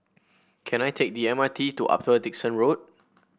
can I take the M R T to Upper Dickson Road